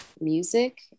Music